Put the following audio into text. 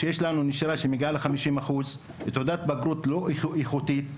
יש לנו נשירה שמגיעה ל-50% ותעודת בגרות לא איכותית.